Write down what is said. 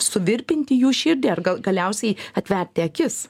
suvirpinti jų širdį ar gal galiausiai atverti akis